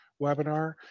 webinar